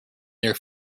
their